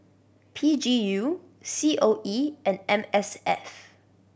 P G U C O E and M S F